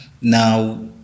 now